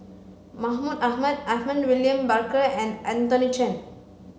Mahmud Ahmad Edmund William Barker and Anthony Chen